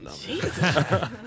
Jesus